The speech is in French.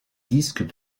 disques